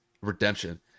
redemption